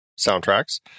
soundtracks